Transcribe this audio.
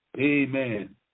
Amen